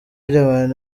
riderman